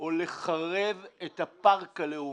או לחרב את הפארק הלאומי.